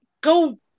go